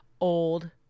old